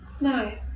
No